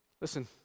listen